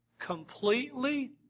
completely